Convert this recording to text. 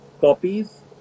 copies